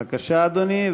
בבקשה, אדוני.